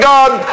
God